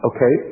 Okay